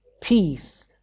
peace